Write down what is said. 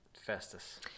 Festus